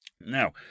Now